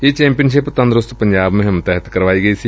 ਇਹ ਚੈਂਪੀਅਨਸ਼ਿਪ ਤੰਦਰੁਸਤ ਪੰਜਾਬ ਮੁਹਿੰਮ ਤਹਿਤ ਕਰਵਾਈ ਗਈ ਸੀ